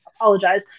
apologize